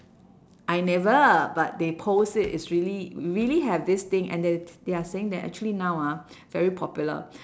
I never but they post it it's really really have this thing and that they are saying that actually now ah very popular